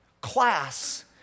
class